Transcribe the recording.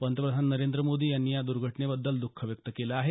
पंतप्रधान नरेंद्र मोदी यांनी या द्र्घटनेबद्दल दःख व्यक्त केलं आहे